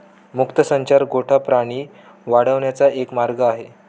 मुक्त संचार गोठा प्राणी वाढवण्याचा एक मार्ग आहे